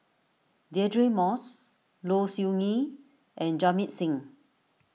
Deirdre Moss Low Siew Nghee and Jamit Singh